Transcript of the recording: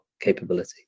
capability